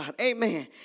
amen